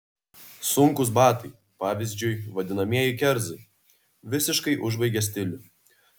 sunkūs batai pavyzdžiui vadinamieji kerzai visiškai užbaigia stilių